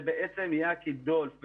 זה בעצם יקי דולף,